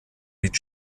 mit